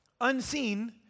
unseen